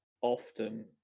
often